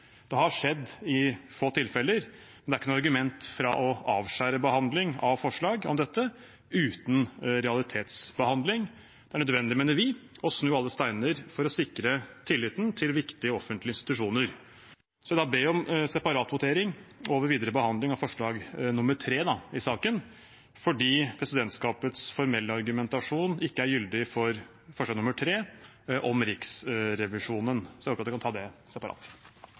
Det har skjedd i få tilfeller, men det er ikke noe argument for å avskjære behandling av forslag om dette uten en realitetsbehandling. Vi mener det er nødvendig å snu alle steiner for å sikre tilliten til viktige offentlige institusjoner. Jeg ber om en separatvotering over videre behandling av punkt nr. 3 i representantforslaget fordi presidentskapets formelle argumentasjon ikke er gyldig for det punktet om Riksrevisjonen. Jeg håper det kan bli tatt separat. Er det da noen andre som ønsker ordet til denne saken? – Det